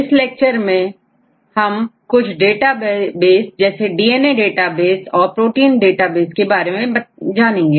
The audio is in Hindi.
इस लेक्चर में मैं कुछ डाटाबेस जैसे डीएनए डाटाबेस और प्रोटीन डेटाबेस के बारे में बताऊंगा